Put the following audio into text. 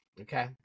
Okay